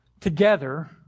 Together